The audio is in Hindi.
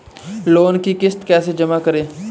लोन की किश्त कैसे जमा करें?